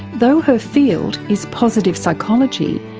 though her field is positive psychology,